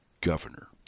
governor